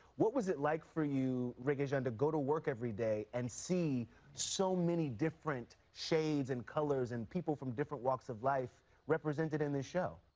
what was it like for you, reg jean, to go to work every day and see so many different shades and colors and people from different walks of life represented in this show?